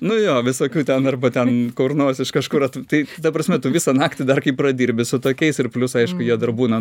nu jo visokių ten arba ten kur nors iš kažkur tai ta prasme tu visą naktį dar kai pradirbi su tokiais ir plius aišku jie dar būna